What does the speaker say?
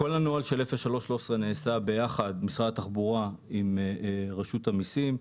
כל הנוהל של 03-13 נעשה ביחד משרד התחבורה עם רשות המיסים.